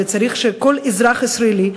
וצריך שכל אזרח ישראלי,